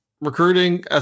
recruiting